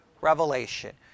Revelation